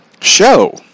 Show